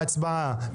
להצבעה.